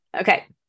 Okay